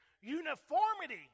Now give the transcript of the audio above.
Uniformity